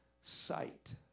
sight